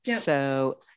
So-